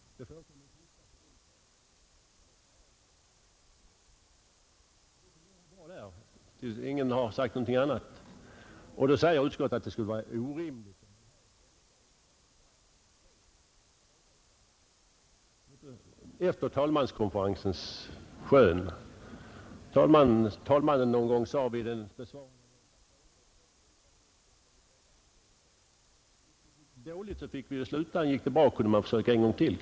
Där fungerar det bra; ingen har sagt någonting annat. Ändå påstår utskottet att det skulle vara orimligt om man här i den svenska riksdagen bara prövade en sådan regel efter talmanskonferensens skön. Talmannen kunde då någon gång — exempelvis vid besvarandet av enkla frågor — säga: ”Nu kan vi pröva hur det går utan manuskript.” Gick det dåligt fick vi ju sluta, men gick det bra kunde vi kanske försöka en gång till.